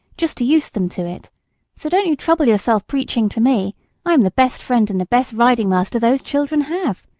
just to use them to it so don't you trouble yourself preaching to me i am the best friend and the best riding-master those children have.